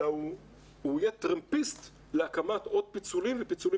אלא הוא יהיה טרמפיסט להקמת עוד פיצולים ופיצולים